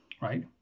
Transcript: right